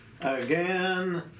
again